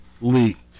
leaked